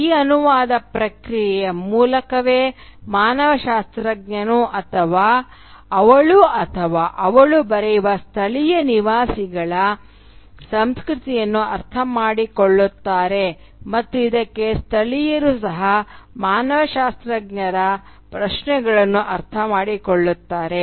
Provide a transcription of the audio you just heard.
ಈ ಅನುವಾದ ಪ್ರಕ್ರಿಯೆಯ ಮೂಲಕವೇ ಮಾನವಶಾಸ್ತ್ರಜ್ಞನು ಅವನು ಅಥವಾ ಅವಳು ಬರೆಯುವ ಸ್ಥಳೀಯ ನಿವಾಸಿಗಳ ಸಂಸ್ಕೃತಿಯನ್ನು ಅರ್ಥಮಾಡಿಕೊಳ್ಳುತ್ತಾರೆ ಮತ್ತು ಇದಕ್ಕೆ ಸ್ಥಳೀಯರು ಸಹ ಮಾನವಶಾಸ್ತ್ರಜ್ಞರ ಪ್ರಶ್ನೆಗಳನ್ನು ಅರ್ಥಮಾಡಿಕೊಳ್ಳುತ್ತಾರೆ